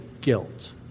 guilt